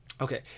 Okay